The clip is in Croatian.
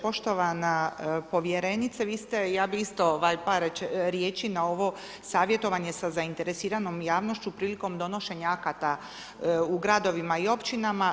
Poštovana povjerenice, vi ste, ja bi isto par riječi na ovo savjetovanje sa zainteresiranom javnošću prilikom donošenja akata u gradovima i općinama.